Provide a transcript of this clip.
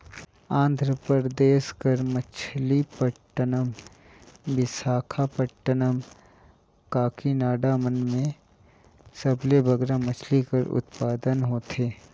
आंध्र परदेस कर मछलीपट्टनम, बिसाखापट्टनम, काकीनाडा मन में सबले बगरा मछरी कर उत्पादन होथे